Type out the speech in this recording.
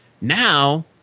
Now